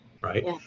Right